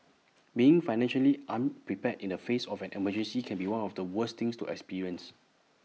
being financially unprepared in the face of an emergency can be one of the worst things to experience